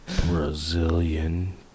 Brazilian